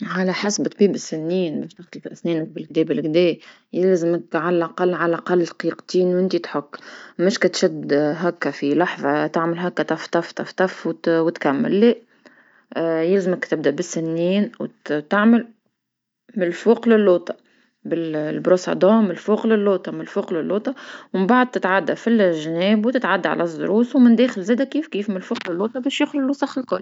على حسب طيبب السنين باش تغسل فلأسنان متاعك بلقدا بلقدا يلزمك على الأقل على الأقل دقيقتين ونتي تحك، مش كتشد هاكا في لحظة تعمل هاكا تفتف تفتف وت- وتكمل لا، يلزمك تبدا بالسنين وتعمل من الفوق للوطا بالفرشات من الفوق للوطا من فوق للوطا، ومن بعد تتعدى في الجناب وتتعدى على الزروس ومن الداخل زادا كيف كيف من الفوق للوطا باش يخرج الوسخ الكل.